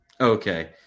Okay